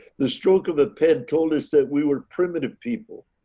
the stroke of a pen told us that we were primitive people